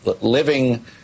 living